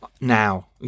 now